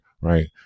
right